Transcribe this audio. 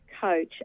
coach